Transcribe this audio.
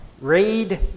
Read